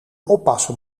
oppassen